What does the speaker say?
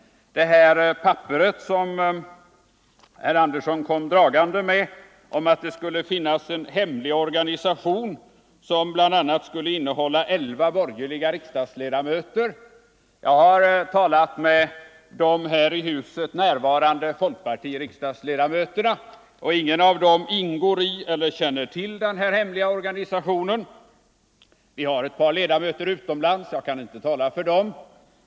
Herr Andersson kom dragande med ett papper om att det skulle finnas en hemlig organisation som bl.a. skulle innehålla 11 borgerliga riksdagsledamöter. Jag har talat med de här i huset närvarande folkpartiriksdagsledamöterna och ingen av dem ingår i eller känner till den här hemliga organisationen. Vi har ett par ledamöter utomlands och jag kan inte tala för dem.